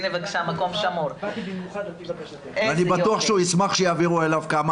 אני בטוח שהוא ישמח שיעבירו אליו כמה